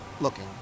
looking